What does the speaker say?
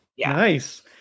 Nice